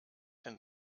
den